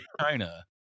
China